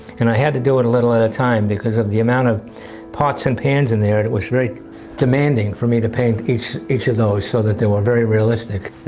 and i had to do it a little at a time, because of the amount of pots and pans in there it was very demanding for me to paint each each of those, so that they were very realistic.